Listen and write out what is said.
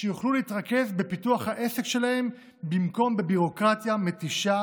שיוכלו להתרכז בפיתוח העסק שלהם במקום בביורוקרטיה מתישה